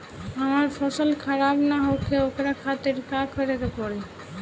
हमर फसल खराब न होखे ओकरा खातिर का करे के परी?